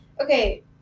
Okay